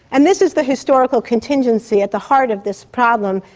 and this is the historical contingency at the heart of this problem,